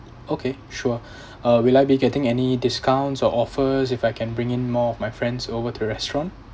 okay sure uh will I be getting any discounts or offers if I can bring in more of my friends over to the restaurant